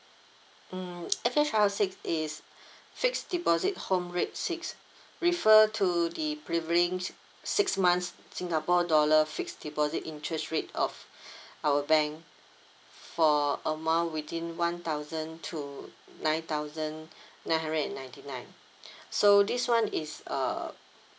um F_H_R six is fixed deposit home rate six refer to the prevailing six months singapore dollar fixed deposit interest rate of our bank for amount within one thousand to nine thousand nine hundred and ninety nine so this one is uh